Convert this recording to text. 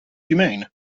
humane